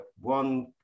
one